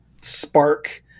spark